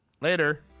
Later